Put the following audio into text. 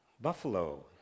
buffalo